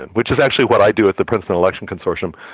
and which is actually what i do with the princeton election consortium,